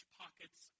pockets